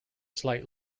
slight